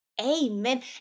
Amen